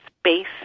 space